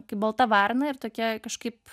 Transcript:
kaip balta varna ir tokia kažkaip